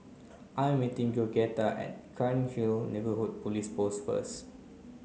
I am meeting Georgetta at Cairnhill Neighbourhood Police Post first